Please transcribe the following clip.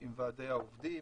עם ועדי העובדים.